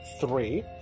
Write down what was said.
three